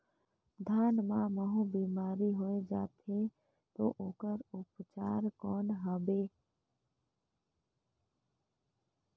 धान मां महू बीमारी होय जाथे तो ओकर उपचार कौन हवे?